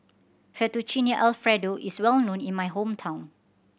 Fettuccine Alfredo is well known in my hometown